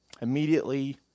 immediately